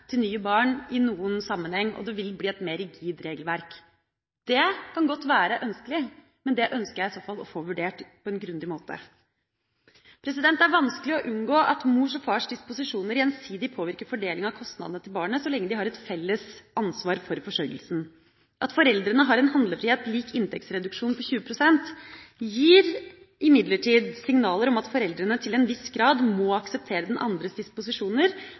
til nye barn i noen sammenheng, og det vil bli et mer rigid regelverk. Det kan godt være ønskelig, men det ønsker jeg i så fall å få vurdert på en grundig måte. Det er vanskelig å unngå at mors og fars disposisjoner gjensidig påvirker fordelinga av kostnadene til barnet så lenge de har et felles ansvar for forsørgelsen. At foreldrene har handlefrihet lik en inntektsreduksjon på 20 pst., gir imidlertid signaler om at foreldrene til en viss grad må akseptere den andres disposisjoner